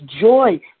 joy